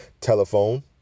telephone